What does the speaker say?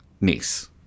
niece